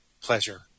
pleasure